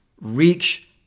reach